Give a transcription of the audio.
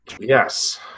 Yes